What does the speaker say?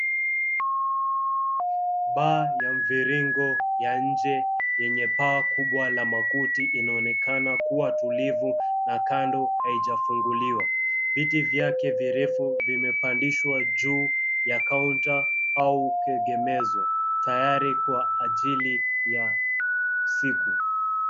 Bar ya mviringo ya inje yenye paa kubwa la makuti inaonekana kuwa tulivu na kando haijafunguliwa. Viti vyake virefu vimepandishwa juu ya kaunta au kegemezo tayari kwa ajili ya siku.